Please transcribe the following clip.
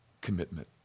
commitment